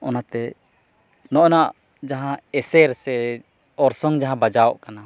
ᱚᱱᱟᱛᱮ ᱱᱚᱜᱼᱚᱱᱟ ᱡᱟᱦᱟᱸ ᱮᱥᱮᱨ ᱥᱮ ᱚᱨᱥᱚᱝ ᱡᱟᱦᱟᱸ ᱵᱟᱡᱟᱣᱚᱜ ᱠᱟᱱᱟ